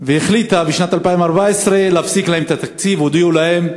והיא החליטה להפסיק להם את התקציב לשנת 2014. הודיעו להם.